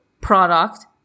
product